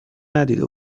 ندیده